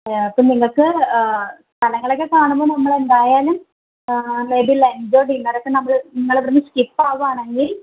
ഇപ്പം നിങ്ങൾക്ക് സ്ഥലങ്ങളക്കെ കാണുമ്പോൾ നമ്മളെന്തായാലും അതായത് ലെഞ്ച് ഡിന്നറക്കെ നമ്മൾ നിങ്ങളിവിടുന്നു സ്കിപ്പാകുവാണെങ്കിൽ